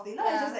ya